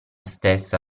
stessa